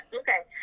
okay